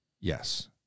Yes